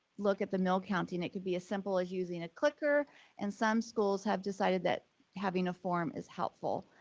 look at the milk counting. it could be as simple as using a clicker and some schools have decided that having a form is helpful,